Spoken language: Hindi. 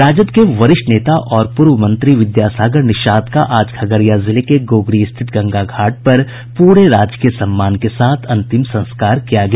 राजद के वरिष्ठ नेता और पूर्व मंत्री विद्यासागर निषाद का आज खगड़िया जिले के गोगरी स्थित गंगा घाट पर पूरे राजकीय सम्मान के साथ अंतिम संस्कार किया गया